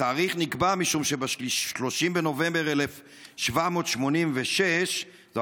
התאריך נקבע משום ש-30 בנובמבר 1786 זו